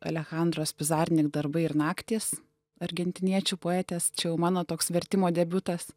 alechandros pizarink darbai ir naktys argentiniečių poetės čia jau mano toks vertimo debiutas